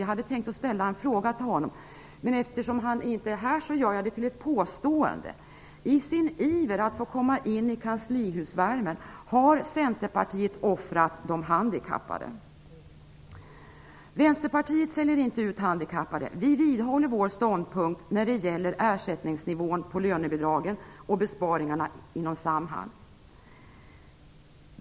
Jag hade tänkt ställa en fråga till honom, men eftersom han inte är här gör jag det till ett påstående: I sin iver att få komma in i kanslihusvärmen har Centerpartiet offrat de handikappade. Vänsterpartiet säljer inte ut de handikappade. Vi vidhåller vår ståndpunkt när det gäller ersättningsnivån på lönebidragen och besparingarna inom Samhall.